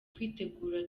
kwitegura